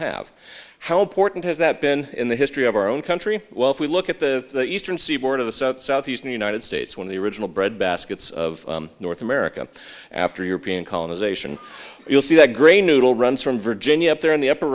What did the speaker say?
have how important has that been in the history of our own country well if we look at the eastern seaboard of the southeastern united states when the original breadbaskets of north america after european colonization you'll see that gray noodle runs from virginia up there in the upper